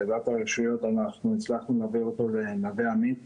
אנחנו הצלחנו להעביר אותו לנווה עמית